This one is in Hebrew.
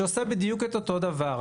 שעושה בדיוק את אותו דבר.